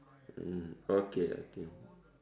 mm okay